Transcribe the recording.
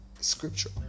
scripture